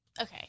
Okay